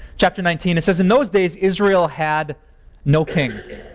chapter nineteen, it says, in those days, israel had no king.